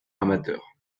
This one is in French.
amateur